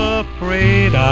afraid